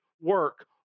work